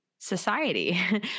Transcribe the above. society